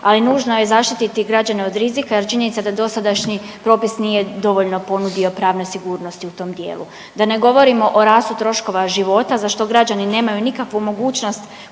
ali nužno je zaštititi građane od rizika, jer činjenica da dosadašnji propis nije dovoljno ponudio pravne sigurnosti u tom dijelu. Da ne govorimo o rastu troškova života za što građani nemaju nikakvu mogućnost